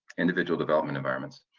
individual development environments.